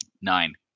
Nine